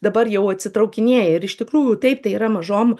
dabar jau atsitraukinėja ir iš tikrųjų taip tai yra mažom